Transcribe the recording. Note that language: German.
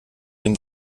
dem